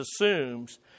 assumes